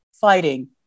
fighting